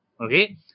Okay